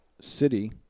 city